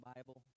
Bible